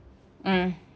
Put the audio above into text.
hmm